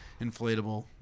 inflatable